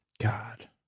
God